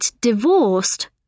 divorced